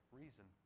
reason